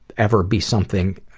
ever be something